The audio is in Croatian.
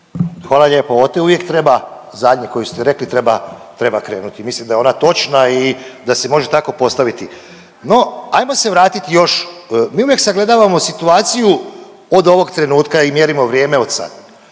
Hvala lijepo. Ovo uvijek treba zadnje koje ste rekli treba krenuti. Mislim da je ona točna i da se može tako postaviti. No, hajmo se vratiti još. Mi uvijek sagledavamo situaciju od ovog trenutka i mjerimo vrijeme od sad.